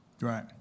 Right